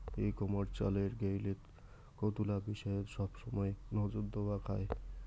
ই commerce চালের গেইলে কতুলা বিষয়ত সবসমাই নজর দ্যাওয়া খায়